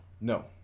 No